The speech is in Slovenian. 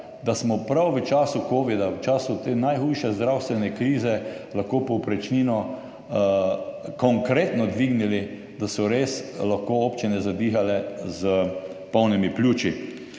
da smo prav v času covida, v času te najhujše zdravstvene krize lahko povprečnino konkretno dvignili, da so res lahko občine zadihale s polnimi pljuči.